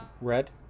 Red